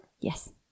Yes